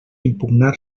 impugnar